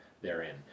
therein